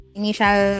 initial